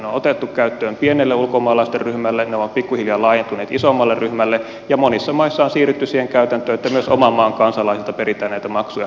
ne on otettu käyttöön pienelle ulkomaalaisten ryhmälle ne ovat pikkuhiljaa laajentuneet isommalle ryhmälle ja monissa maissa on siirrytty siihen käytäntöön että myös oman maan kansalaisilta peritään näitä maksuja